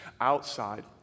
outside